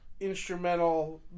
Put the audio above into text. instrumental